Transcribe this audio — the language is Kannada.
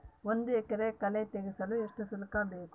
ಒಂದು ಎಕರೆ ಕಳೆ ತೆಗೆಸಲು ಎಷ್ಟು ಶುಲ್ಕ ಬೇಕು?